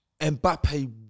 Mbappe